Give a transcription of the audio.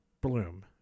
bloom